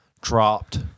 dropped